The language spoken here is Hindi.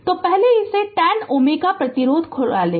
तो पहले इसे 10 Ω प्रतिरोध खुला लें